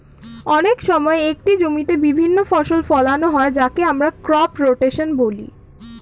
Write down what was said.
অনেক সময় একটি জমিতে বিভিন্ন ফসল ফোলানো হয় যাকে আমরা ক্রপ রোটেশন বলি